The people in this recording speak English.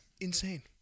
Insane